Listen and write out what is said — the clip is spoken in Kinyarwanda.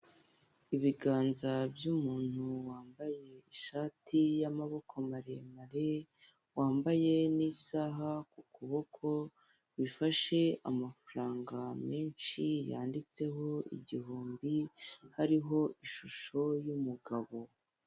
Ibiganza by'umuntu wambaye ishati y'amaboko maremere wambaye n'isaha ku kuboko ufashe amafaranga menshi yanditseho igihumbi hariho ishusho y'umugabo.